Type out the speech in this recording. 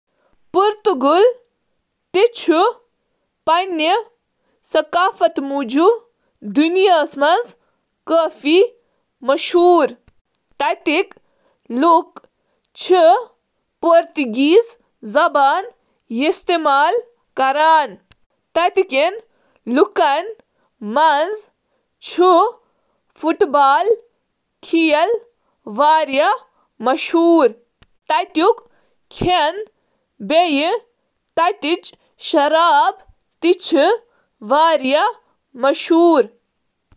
پرتگالچ ثقافت چِھ تٲریخ، جدید اثرات تہٕ روایتن ہنٛد مرکب، تہٕ یہٕ چُھ پننہٕ فن، موسیقی، خوراک تہٕ تہوارو خاطرٕ زاننہٕ یوان: پرتگالین چُھ اکھ کھلہٕ ذہن معاشرٕ مگر باقی مغربی یورپی ملکن ہنٛد مقابلس منٛز چُھ مذہبی اقدارس زیادٕ اہمیت دیوان۔